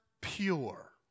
pure